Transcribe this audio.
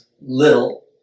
little